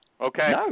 Okay